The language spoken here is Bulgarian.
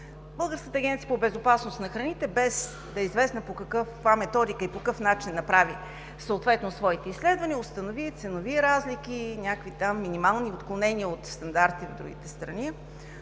Българската агенция по безопасност на храните, без да е известно по каква методика и по какъв начин, направи своите изследвания. Установи ценови разлики, някакви минимални отклонения от стандарти в другите страни,